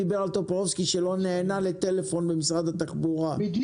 טופורובסקי דיבר על כך שהוא פנה בטלפון למשרד התחבורה ולא נענה.